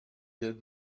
did